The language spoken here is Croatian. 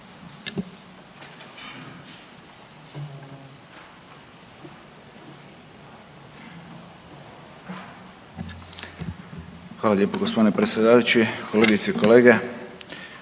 Hvala lijepo gospodine predsjedavajući. Kolegice i kolege